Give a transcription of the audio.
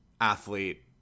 athlete